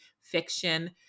fiction